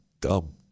Dumb